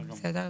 בסדר?